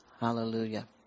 Hallelujah